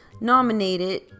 nominated